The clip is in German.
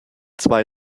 zwei